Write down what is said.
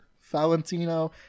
Valentino